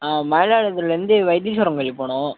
ஆ மயிலாடுதுறையில இருந்து வைதீஸ்வரன் கோவில் போகணும்